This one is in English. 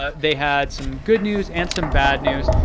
ah they had some good news and some bad news.